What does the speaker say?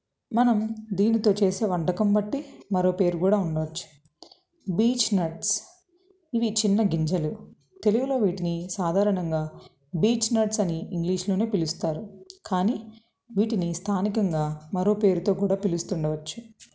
మనం దీనితో చేసే వంటకం బట్టి మరో పేరు కూడా ఉండవచ్చు బీచ్ నట్స్ ఇవి చిన్న గింజలు తెలుగులో వీటిని సాధారణంగా బీచ్ నట్స్ అని ఇంగ్లీష్లోనే పిలుస్తారు కానీ వీటిని స్థానికంగా మరో పేరుతో కూడా పిలుస్తుండవచ్చు